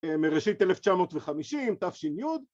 ‫מראשית 1950, תש"י...